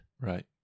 right